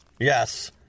Yes